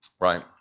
Right